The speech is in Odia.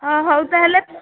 ହଁ ହଉ ତାହେଲେ